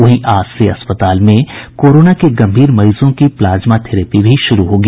वहीं आज से अस्पताल में कोरोना के गम्भीर मरीजों की प्लाज्मा थेरेपी भी शुरू होगी